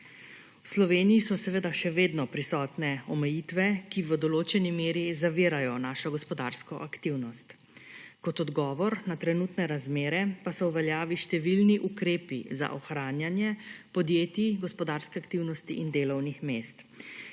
V Sloveniji so seveda še vedno prisotne omejitve, ki v določeni meri zavirajo našo gospodarsko aktivnost. Kot odgovor na trenutne razmere pa so v veljavi številni ukrepi za ohranjanje podjetij, gospodarske aktivnosti in delovnih mest,